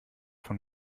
von